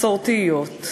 מסורתיות,